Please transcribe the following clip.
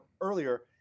earlier